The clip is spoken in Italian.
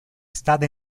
stata